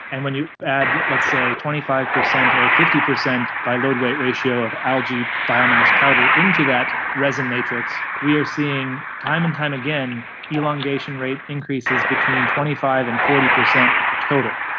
and when you add let's say twenty five percent or fifty percent by load weight ratio of algae biomass powder into that resin matrix we are seeing time and time again elongation rate increases between twenty five percent and forty percent total.